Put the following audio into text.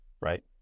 right